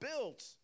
built